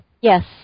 Yes